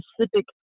specific